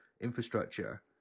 infrastructure